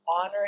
Honor